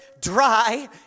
dry